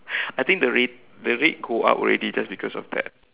I think the rate the rate go up already just because of that